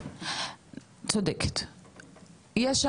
יש שם את אומרת כמה מתורגם לכמה שפות,